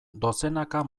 dozenaka